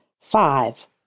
Five